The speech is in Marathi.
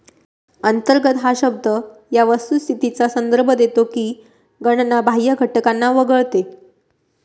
अंतर्गत हा शब्द या वस्तुस्थितीचा संदर्भ देतो की गणना बाह्य घटकांना वगळते